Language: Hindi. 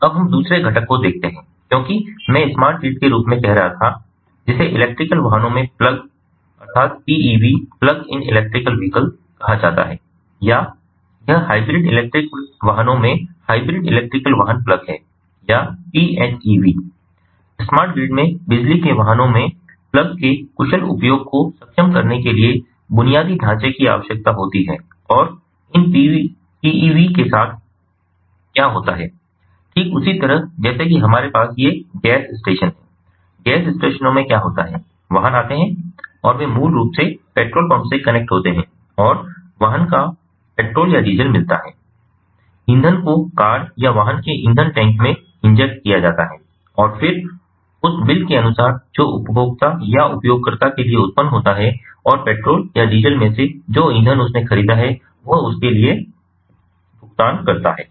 अब हम दूसरे घटक को देखते हैं क्योंकि मैं इसे स्मार्ट ग्रिड के रूप में कह रहा था जिसे इलेक्ट्रिकल वाहनों में प्लग PEVs कहा जाता है या यह हाइब्रिड इलेक्ट्रिकल वाहनों में हाइब्रिड इलेक्ट्रिकल वाहन प्लग है या PHEVs स्मार्ट ग्रिड में बिजली के वाहनों में प्लग के कुशल उपयोग को सक्षम करने के लिए बुनियादी ढांचे की आवश्यकता होती है और इन PEV के साथ क्या होता है ठीक उसी तरह जैसे कि हमारे पास ये गैस स्टेशन हैं गैस स्टेशनों में क्या होता है वाहन आते हैं और वे मूल रूप से पेट्रोल पंप से कनेक्ट होते हैं और वाहन को पेट्रोल या डीजल मिलता है ईंधन को कार या वाहन के ईंधन टैंक में इंजेक्ट किया जाता है और फिर उस बिल के अनुसार जो उपभोक्ता या उपयोगकर्ता के लिए उत्पन्न होता है और पेट्रोल या डीजल में से जो ईंधन उसने खरीदा है वह उसके लिए भुगतान करता है